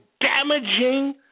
damaging